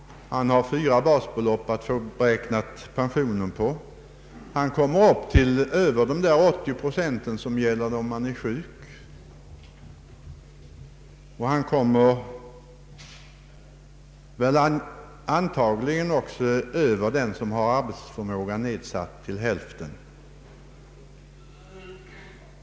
Han har fyra basbelopp att beräkna pensionen efter. Han kommer över de 80 procent som gäller om han är sjuk, och han kommer antagligen också över det belopp som gäller om arbetsförmågan är nedsatt till hälften.